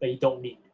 that you don't need.